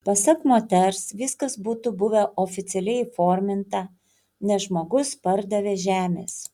pasak moters viskas būtų buvę oficialiai įforminta nes žmogus pardavė žemės